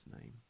name